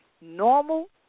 normal